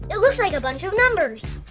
it looks like a bunch of numbers!